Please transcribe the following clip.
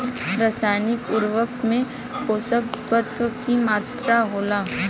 रसायनिक उर्वरक में पोषक तत्व की मात्रा होला?